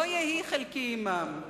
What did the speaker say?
לא יהי חלקי עמם.